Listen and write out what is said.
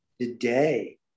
today